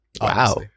wow